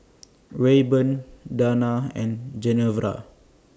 Rayburn Dana and Genevra